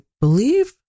believe